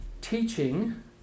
teaching